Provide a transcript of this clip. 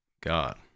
god